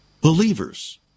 believers